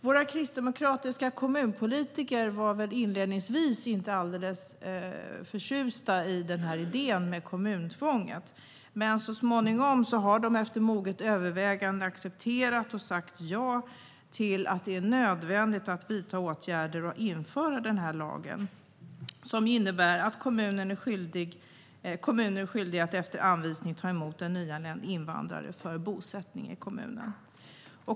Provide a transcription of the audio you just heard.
Våra kristdemokratiska kommunpolitiker var väl inledningsvis inte helt förtjusta i idén med kommuntvånget, men så småningom har de, efter moget övervägande, accepterat och sagt ja till att det är nödvändigt att vidta åtgärder och införa lagen, som innebär att kommunen är skyldig att efter anvisning ta emot en nyanländ invandrare för bosättning i kommunen.